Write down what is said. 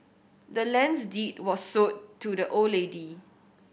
the land's deed was sold to the old lady